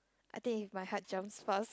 I think is my heart jumps fast